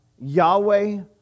Yahweh